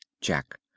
Jack